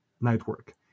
network